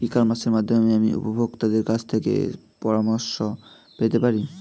ই কমার্সের মাধ্যমে আমি উপভোগতাদের কাছ থেকে শলাপরামর্শ পেতে পারি?